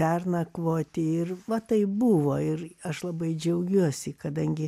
pernakvoti ir va tai buvo ir aš labai džiaugiuosi kadangi